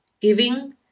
giving